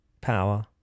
Power